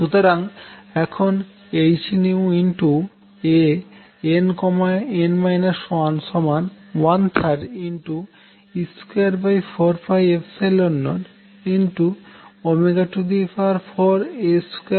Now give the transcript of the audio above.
সুতরাং এখন hAnn 1 13e2404A2C3হবে